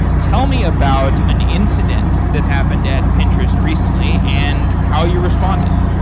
tell me about an incident that happened at pinterest recently and how you responded.